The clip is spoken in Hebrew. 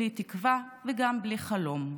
בלי תקווה וגם בלי חלום.